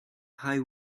high